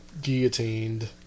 guillotined